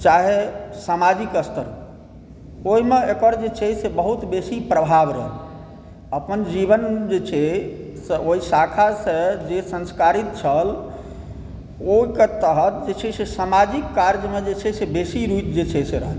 चाहे सामाजिक स्तर हुए ओहिमे एकर जे छै से बहुत बेसी प्रभाव रहलै अपन जीवन जे छै ओहि शाखासँ जे संस्कारिक छल ओहिकेँ तहत जे छै से सामाजिक कार्यमे जे छै से बेसी रुचि जे छै से रहल